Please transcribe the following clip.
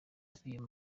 uyu